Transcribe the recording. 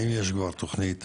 האם יש כבר תכנית?